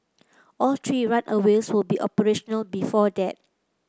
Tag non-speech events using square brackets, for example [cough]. all three [unintelligible] will be operational before that